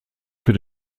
für